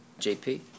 JP